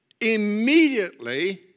immediately